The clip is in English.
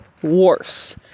Worse